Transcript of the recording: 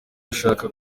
ashaka